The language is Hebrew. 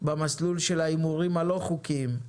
במסלול של ההימורים הלא חוקיים,